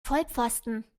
vollpfosten